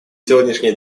сегодняшняя